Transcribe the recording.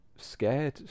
scared